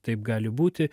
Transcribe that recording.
taip gali būti